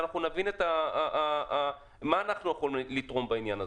כדי שנבין מה אנחנו יכולים לתרום בעניין הזה.